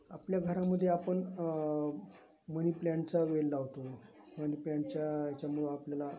आपल्या घरामध्ये आपण मनीप्लॅन्टचा वेल लावतो मनीप्लॅन्टच्या याच्यामुळं आपल्याला